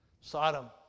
Sodom